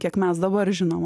kiek mes dabar žinom